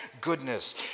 goodness